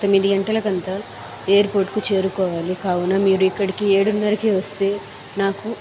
తొమ్మిది గంటలకంతా airport కి చేరుకోవాలి కావున మీరు ఇక్కడికి ఏడున్నరకే వస్తే నాకు